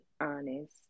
honest